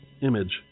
image